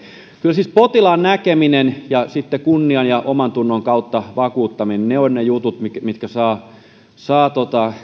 kyllä siis potilaan näkeminen ja sitten kunnian ja omantunnon kautta vakuuttaminen ovat ne jutut mitkä saavat